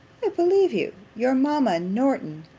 i believe you your mamma norton,